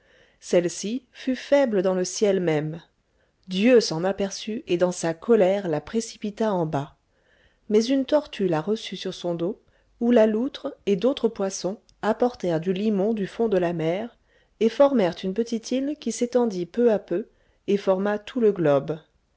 celle-ci fut faible dans le ciel même dieu s'en aperçut et dans sa colère la précipita en bas mais une tortue la reçut sur son dos où la loutre et d'autres poissons apportèrent du limon du fond de la mer et formèrent une petite île qui s'étendit peu à peu et forma tout le globe